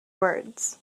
words